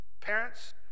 parents